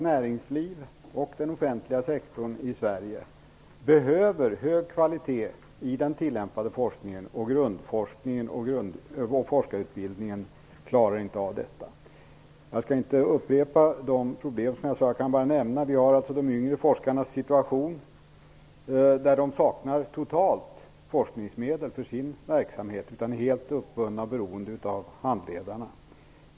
Näringslivet och den offentliga sektorn i Sverige behöver hög kvalitet i den tillämpade forskningen och i grundforskningen, och forskarutbildningen klarar inte av detta. Jag skall inte upprepa de problem som jag tog upp tidigare. Jag kan bara nämna de yngre forskarnas situation. De saknar totalt forskningsmedel för sin verksamhet. De är helt uppbundna och beroende av handledarna.